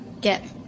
get